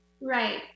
Right